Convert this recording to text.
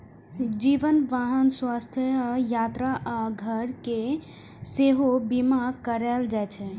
जीवन, वाहन, स्वास्थ्य, यात्रा आ घर के सेहो बीमा कराएल जाइ छै